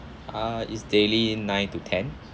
ah it's daily nine to ten